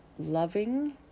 loving